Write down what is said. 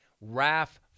RAF